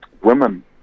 women